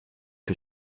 que